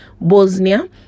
Bosnia